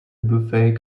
buffet